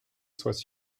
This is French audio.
soient